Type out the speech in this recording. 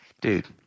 Dude